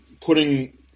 putting